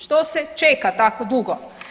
Što se čeka tako dugo?